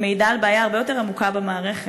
מעידה על בעיה הרבה יותר עמוקה במערכת.